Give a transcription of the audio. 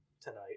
tonight